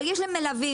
אבל יש להם מלווים.